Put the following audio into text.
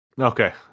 Okay